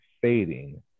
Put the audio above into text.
fading